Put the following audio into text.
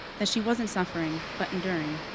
that she wasn't suffering but enduring.